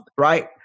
right